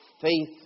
faith